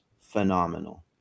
phenomenal